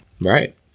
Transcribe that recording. Right